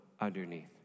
underneath